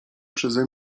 przeze